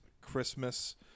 Christmas